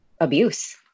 abuse